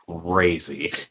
crazy